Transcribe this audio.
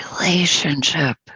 relationship